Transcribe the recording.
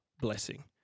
blessing